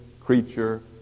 creature